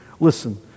Listen